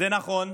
זה נכון,